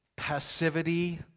passivity